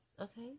Okay